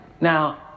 Now